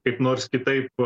kaip nors kitaip